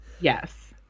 Yes